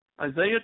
Isaiah